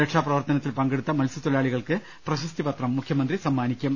രക്ഷാപ്രവർത്തനത്തിൽ പങ്കെടുത്ത മത്സ്യത്തൊഴിലാളികൾക്ക് പ്രശസ്തിപത്രം മുഖ്യമന്ത്രി സമ്മാനിക്കും